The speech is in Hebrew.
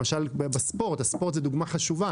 למשל, בספורט זאת דוגמה חשובה